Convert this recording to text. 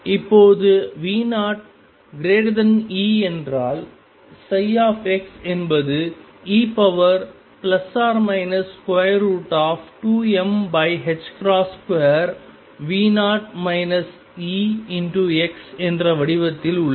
இப்போது V0E என்றால் ψ என்பது e2m2V0 Ex என்ற வடிவத்தில் உள்ளது